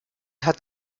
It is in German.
hat